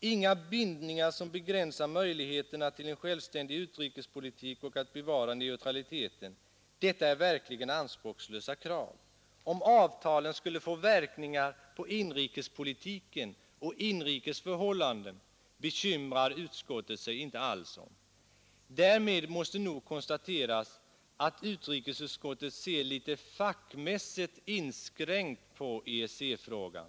inga bindningar som begränsar möjligheterna till en självständig utrikespolitik och att bevara neutraliteten. Detta är verkligen anspråkslösa krav. Om avtalen skulle få verkningar på inrikespolitiken och inrikes förhållanden, bekymrar utskottet sig inte alls om. Därmed måste nog konstateras att utrikesutskottet ser litet fackmässigt inskränkt på EEC-frågan.